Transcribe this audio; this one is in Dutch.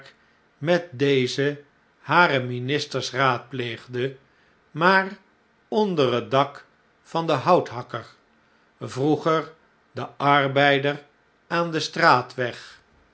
met deze hare ministers raadpleegde maar onder het dak van den houthakker vroeger de arbeider aan den straatweg